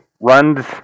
runs